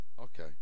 Okay